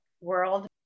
world